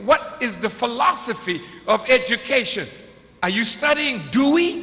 what is the philosophy of education are you studying do we